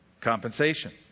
Compensation